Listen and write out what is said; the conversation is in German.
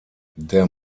der